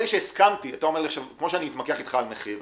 כמו שאתמקח אתך על מחיר,